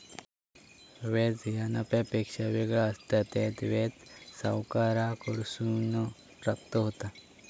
व्याज ह्या नफ्यापेक्षा वेगळा असता, त्यात व्याज सावकाराकडसून प्राप्त होता